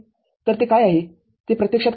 तरते काय आहे हे प्रत्यक्षात काय करते